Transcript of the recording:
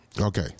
Okay